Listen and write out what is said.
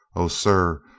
o, sir,